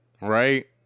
right